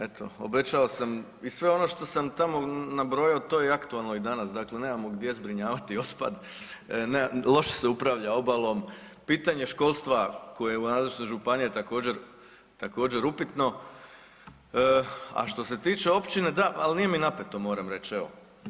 Eto obećao sam i sve ono što sam tamo nabrojio to je i aktualno i danas, dakle nemamo gdje zbrinjavati otpad, loše se upravlja obalom, pitanje školstva koje je u nadležnosti županija također, također upitno, a što se tiče općine da ali nije mi napeto moram reći evo.